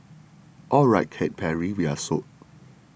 alright Katy Perry we're sold